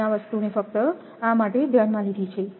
મેં આ વસ્તુને ફક્ત આ માટે જ ધ્યાનમાં લીધી છે